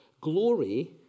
Glory